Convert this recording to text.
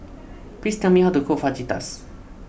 please tell me how to cook Fajitas